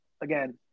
Again